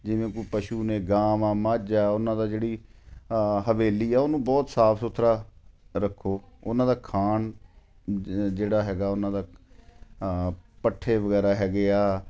ਜਿਵੇਂ ਕੋਈ ਪਸ਼ੂ ਨੇ ਗਾਂ ਵਾ ਮੱਝ ਆ ਉਹਨਾਂ ਦਾ ਜਿਹੜੀ ਹਵੇਲੀ ਆ ਉਹਨੂੰ ਬਹੁਤ ਸਾਫ਼ ਸੁਥਰਾ ਰੱਖੋ ਉਹਨਾਂ ਦਾ ਖਾਣ ਜ ਜਿਹੜਾ ਹੈਗਾ ਉਹਨਾਂ ਦਾ ਪੱਠੇ ਵਗੈਰਾ ਹੈਗੇ ਆ